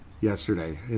yesterday